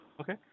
Okay